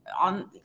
on